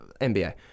NBA